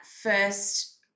first